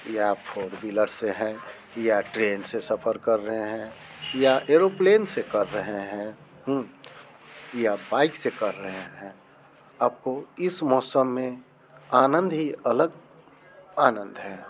या फोरविलर से है या ट्रेन से सफर कर रहे हैं या एरोप्लेन एरोप्लेन से कर रहे हैं या बाइक से कर रहे हैं आपको इस मौसम में आनंद ही अलग आनंद है